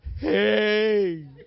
hey